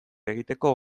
egiteko